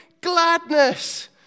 gladness